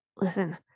Listen